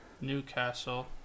Newcastle